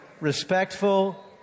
respectful